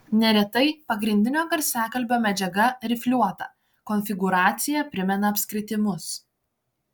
neretai pagrindinio garsiakalbio medžiaga rifliuota konfigūracija primena apskritimus